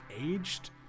aged